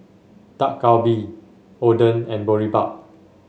Dak Galbi Oden and Boribap